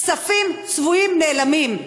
כספים צבועים נעלמים.